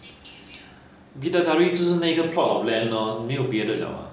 bidadari 就是那 plot of land lor 没有别的了啊